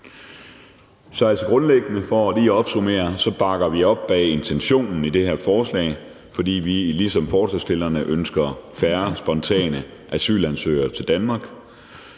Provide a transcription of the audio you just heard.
grundlæggende bakker op om intentionen i det her forslag, fordi vi ligesom forslagsstillerne ønsker færre spontane asylansøgere til Danmark.